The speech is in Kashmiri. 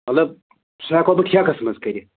مطلب سُہ ہٮ۪کو بہٕ ٹھیکَس منٛز کٔرِتھ